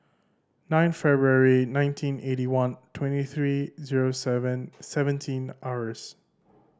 nine February nineteen eighty one twenty three zero seven seventeen hours